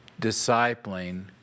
discipling